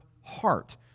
heart